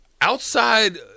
outside